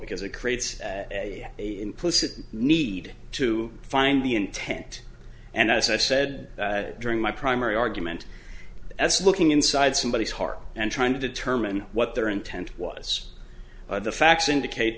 because it creates a implicit need to find the intent and as i said during my primary argument as looking inside somebody's heart and trying to determine what their intent was the facts indicate